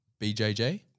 BJJ